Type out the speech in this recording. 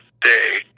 day